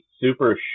super